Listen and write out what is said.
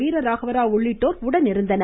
வீரராகவராவ் உள்ளிட்டோர் உடனிருந்தனர்